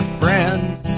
friends